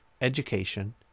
education